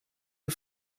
are